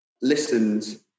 listened